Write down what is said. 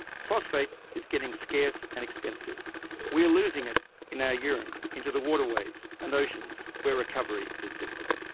phosphate is getting scarce and expensive we are losing it in our urine, into the water ways and oceans where recovery is difficult.